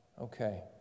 Okay